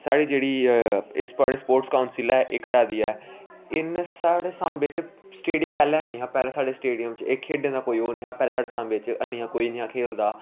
साढ़ी जेह्ड़ी इस साढ़ी स्पोर्ट कान्सिल ऐ एह् करा दी ऐ इ'न्न साढ़े साम्बे च स्टेडिम पैह्लें हैन्नी हा पैह्लें साढ़े स्टोडिम च एह् खेढें दा कोई ओह् नेईं हा पैह्लें साढ़े साम्बे च हैन्नी हा कोई नेईं हा खेलदा